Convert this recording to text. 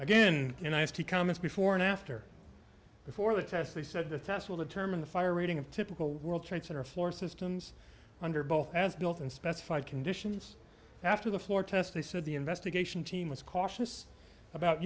again and i have to comment before and after before the test they said the test will determine the fire rating of typical world trade center floor systems under both as built in specified conditions after the floor test they said the investigation team was cautious about